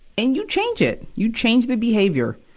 and you change it, you change the behavior.